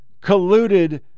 colluded